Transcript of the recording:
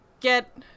get